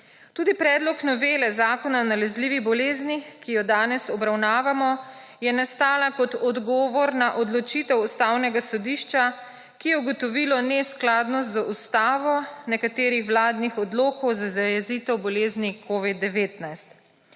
Tudi predlog novele Zakona o nalezljivih boleznih, ki jo danes obravnavamo, je nastal kot odgovor na odločitev Ustavnega sodišča, ki je ugotovilo neskladnost z ustavo nekaterih vladnih odlokov za zajezitev bolezni covida-19.